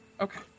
Okay